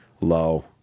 low